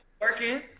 working